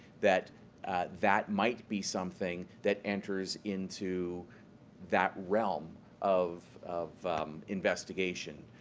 that that might be something that enters into that realm of of investigation,